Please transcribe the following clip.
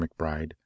McBride